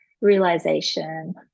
realization